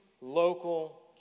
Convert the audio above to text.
local